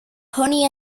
honey